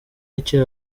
y’icyo